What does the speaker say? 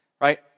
right